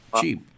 cheap